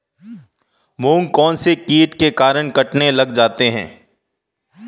मूंग कौनसे कीट के कारण कटने लग जाते हैं?